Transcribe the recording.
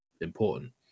important